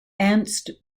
ernst